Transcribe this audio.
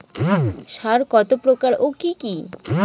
সার কত প্রকার ও কি কি?